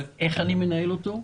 אבל איך אני מנהל אותו,